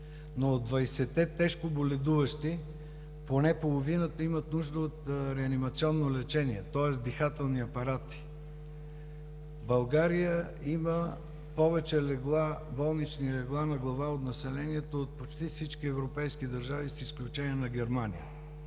но от 20-те тежко боледуващи поне половината имат нужда от реанимационно лечение, тоест от дихателни апарати. България има повече болнични легла на глава от населението от почти всички европейски държави, с изключение на Германия,